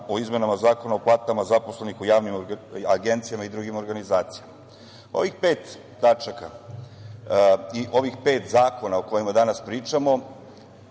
o izmenama Zakona o platama zaposlenih u javnim agencijama i drugim organizacijama. Ovih pet tačaka i ovih pet zakona o kojima danas pričamo,